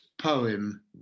poem